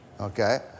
Okay